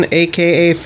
aka